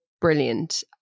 brilliant